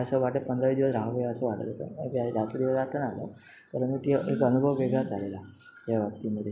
असं वाटतं पंधरा वीस दिवस राहावे असं वाटत होतं जास्त दिवस राहता नाही आलं परंतु ती एक अनुभव वेगळाच आलेला या बाबतीमधे